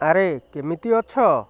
ଆରେ କେମିତି ଅଛ